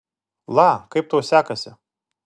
la kaip tau sekasi